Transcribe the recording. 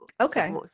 Okay